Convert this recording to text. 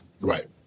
Right